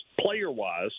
player-wise